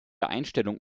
einstellung